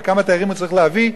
וכמה תיירים הוא צריך להביא,